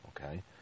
Okay